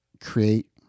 create